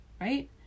right